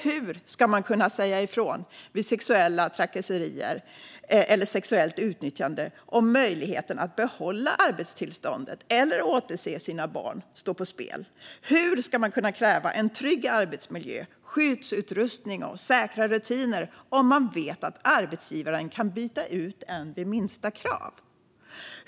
Hur ska man kunna säga ifrån vid sexuella trakasserier eller sexuellt utnyttjande om möjligheten att behålla sitt arbete eller att återse sina barn står på spel? Hur ska man kunna kräva en trygg arbetsmiljö, skyddsutrustning och säkra rutiner om man vet att arbetsgivaren kan byta ut en vid minsta krav?